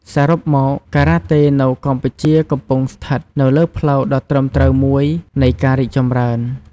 សរុបមក ការ៉ាតេនៅកម្ពុជាកំពុងស្ថិតនៅលើផ្លូវដ៏ត្រឹមត្រូវមួយនៃការរីកចម្រើន។